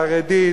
חרדית,